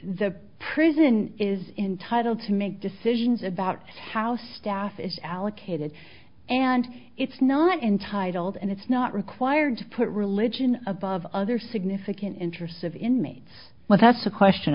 the prison is entitled to make decisions about how staff is allocated and it's not entitled and it's not required to put religion above other significant interests of inmates well that's a question